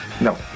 No